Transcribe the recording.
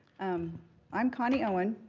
um i'm connie owen.